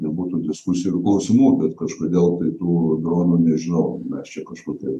nebūtų diskusijų ir klausimų bet kažkodėl tai tų dronų nežinau mes čia kažkur tai